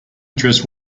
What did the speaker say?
dressed